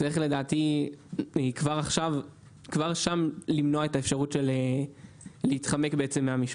לדעתי צריך כבר שם למנוע את האפשרות של התחמקות מהמשפט.